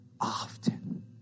often